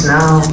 now